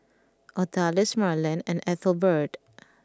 Odalis Marland and Ethelbert